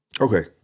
Okay